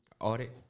audit